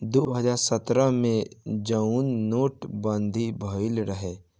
दो हज़ार सत्रह मे जउन नोट बंदी भएल रहे